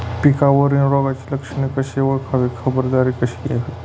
पिकावरील रोगाची लक्षणे कशी ओळखावी, खबरदारी कशी घ्यावी?